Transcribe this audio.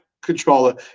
controller